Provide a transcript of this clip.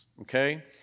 okay